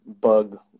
bug